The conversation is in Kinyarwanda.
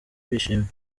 bishimye